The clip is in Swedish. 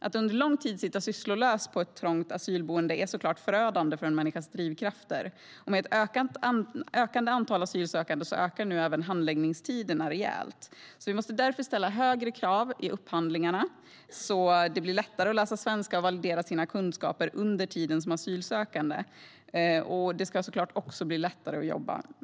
Att under lång tid sitta sysslolös på ett trångt asylboende är såklart förödande för en människas drivkrafter. Och med ett ökande antal asylsökande ökar nu även handläggningstiderna rejält. Vi måste därför ställa högre krav i upphandlingarna så att det blir lättare att läsa svenska och validera sina kunskaper under tiden som asylsökande. Det ska såklart också bli lättare att jobba.